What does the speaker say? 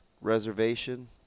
reservation